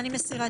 אני מסירה אותה.